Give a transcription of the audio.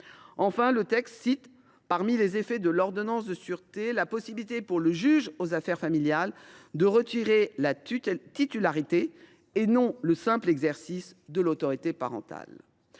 Enfin, le texte cite, parmi les effets de l’ordonnance de sûreté, la possibilité pour le juge aux affaires familiales de retirer la titularité, et non le simple exercice, de l’autorité parentale.